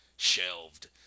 shelved